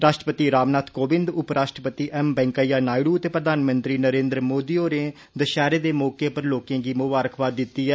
राश्ट्रपति रामनाथ कोविंद उपराश्ट्रपति एम वैंकया नायडू ते प्रधानमंत्री नरेन्द्र मोदी होरें दशैहरे दे मौके पर लोकें गी मुबारकबाद दित्ती ऐ